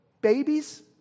babies